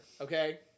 Okay